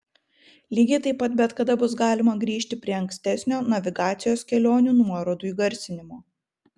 lygiai taip pat bet kada bus galima grįžti prie ankstesnio navigacijos kelionių nuorodų įgarsinimo